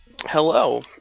Hello